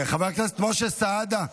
חבר הכנסת משה סעדה,